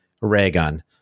Raygun